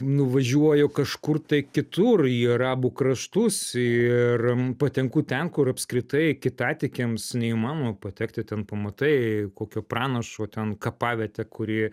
nuvažiuoju kažkur tai kitur į arabų kraštus ir patenku ten kur apskritai kitatikiams neįmanoma patekti ten pamatai kokio pranašo ten kapavietę kuri